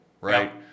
right